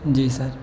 جی سر